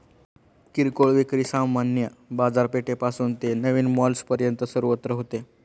किरकोळ विक्री सामान्य बाजारपेठेपासून ते नवीन मॉल्सपर्यंत सर्वत्र होते